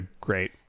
Great